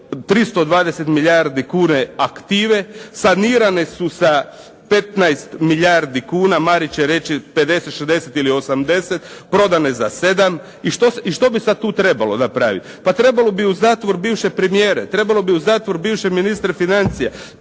320 milijardi kuna aktive, sanirane su sa 15 milijardi kuna. Marić će reći 50, 60 ili 80, prodane za 7. I što bi sad tu trebalo napraviti? Pa trebalo bi u zatvor bivše premijere, trebalo bi u zatvor bivše ministre financija